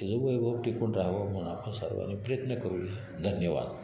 तिचं वैभव टिकून राहावं म्हणून आपण सर्वांनी प्रयत्न करूया धन्यवाद